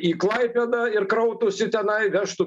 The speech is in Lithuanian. į klaipėdą ir krautųsi tenai vežtų